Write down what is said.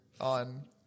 on